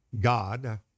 God